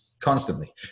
constantly